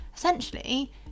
Essentially